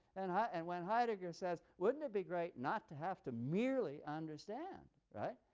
and and when heidegger says, wouldn't it be great not to have to merely understand? right,